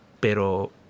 Pero